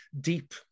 deep